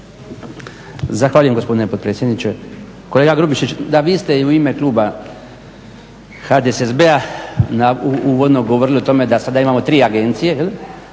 Zahvaljujem gospodine potpredsjedniče. Kolega Grubišić, da vi ste i u ime kluba HDSSB-a uvodno govorili o tome da sada imamo tri agencije, pa ste